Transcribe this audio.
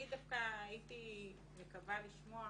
אני דווקא הייתי מקווה לשמוע